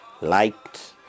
liked